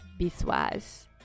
Biswas